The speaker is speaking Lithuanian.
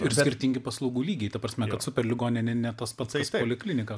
ir skirtingi paslaugų lygiai ta prasme kad super ligoninė ne tas pats kas poliklinika